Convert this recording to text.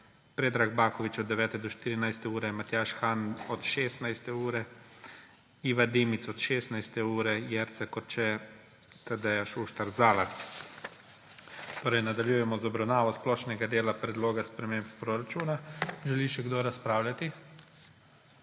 FPredrag Baković od 9. do 14. ure, Matjaž Han od 16. ure, Iva Dimic od 16. ure, Jerca Korče, Tadeja Šuštar Zalar. Nadaljujemo z obravnavo splošnega dela predloga sprememb proračuna. Želi še kdo razpravljati?